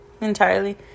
Entirely